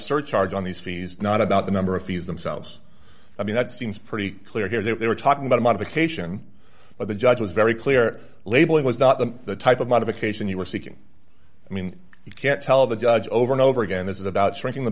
surcharge on these fees not about the number of fees themselves i mean that seems pretty clear here that they were talking about a modification but the judge was very clear labeling was not the type of modification you were seeking i mean you can't tell the judge over and over again this is about shrinking the